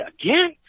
again